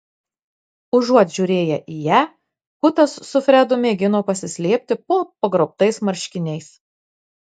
užuot žiūrėję į ją kutas su fredu mėgino pasislėpti po pagrobtais marškiniais